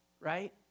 right